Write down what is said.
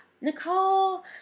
Nicole